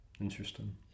Interesting